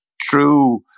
true